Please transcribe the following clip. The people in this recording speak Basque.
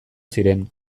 ziren